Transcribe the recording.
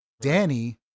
Danny